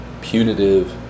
punitive